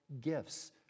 gifts